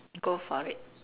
go for it